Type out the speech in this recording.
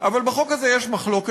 אבל בחוק הזה יש מחלוקת,